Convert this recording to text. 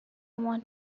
want